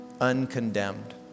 uncondemned